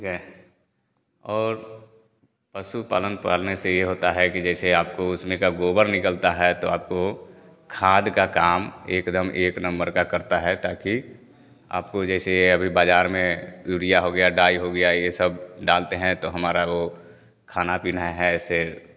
गए और पशुपालन पालने से ये होता है कि जैसे आपको उसमें का गोबर निकलता है तो आपको खाद का काम एकदम एक नम्बर का करता है ताकी आपको जैसे ये बजार में यूरिया हो गया डाई हो गया ये सब डालते हैं तो हमारा वो खाना पीना है ऐसे